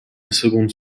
seconde